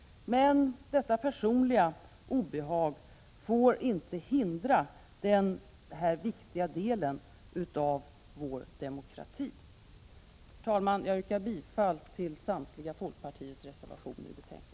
Men detta personliga obehag får inte hindra denna viktiga del av vår demokrati. Herr talman! Jag yrkar bifall till samtliga folkpartiets reservationer i betänkandet.